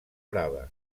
brava